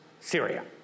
Syria